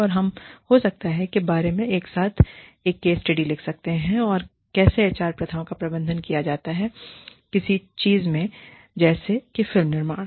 और हम हो सकता है के बारे में एक साथ एक केस स्टडी लिख सकते हैं कि कैसे एचआर प्रथाओं का प्रबंधन किया जाता है किसी चीज में जैसे कि फिल्म निर्माण